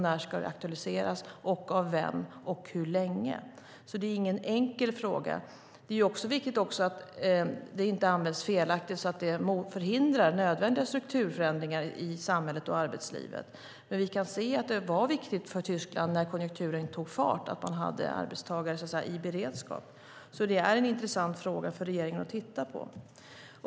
När ska det aktualiseras, av vem och hur länge? Det är alltså ingen enkel fråga. Det är också viktigt att det inte används felaktigt så att det förhindrar nödvändiga strukturförändringar i samhället och arbetslivet. Vi kan se att det var viktigt för Tyskland när konjunkturen tog fart att man hade arbetstagare i beredskap. Det är alltså en intressant fråga för regeringen att titta på.